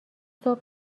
صبح